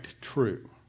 true